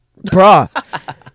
Bruh